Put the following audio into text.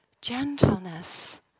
gentleness